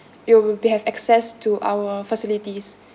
it'll be have access to our facilities